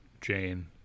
Jane